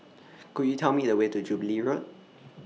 Could YOU Tell Me The Way to Jubilee Road